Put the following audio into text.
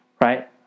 Right